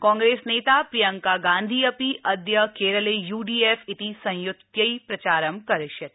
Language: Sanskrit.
कांग्रेस नेता प्रियंका गांधी अपि अद्य केरले यूडीएफ इति संयुत्यै प्रचार करिष्यति